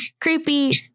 Creepy